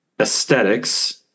Aesthetics